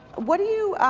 what do you